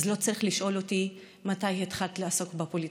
אז לא צריך לשאול אותי: מתי התחלת לעסוק בפוליטיקה?